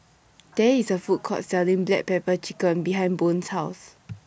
There IS A Food Court Selling Black Pepper Chicken behind Boone's House